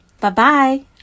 Bye-bye